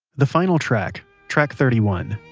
the final track, track thirty one,